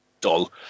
dull